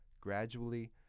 Gradually